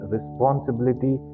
Responsibility